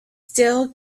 still